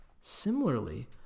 Similarly